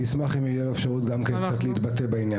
אני אשמח אם תהיה לו גם אפשרות להתבטא קצת בעניין.